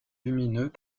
lumineux